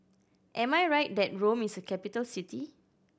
am I right that Rome is a capital city